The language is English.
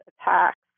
attacks